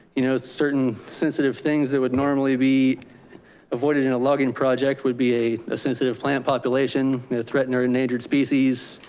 you know, certain sensitive things that would normally be avoided in a logging project would be a a sensitive plant population, a threatened or endangered species,